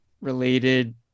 related